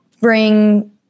bring